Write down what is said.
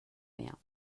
mehr